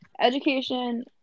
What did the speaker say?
education